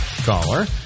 caller